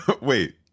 Wait